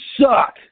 suck